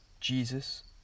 Jesus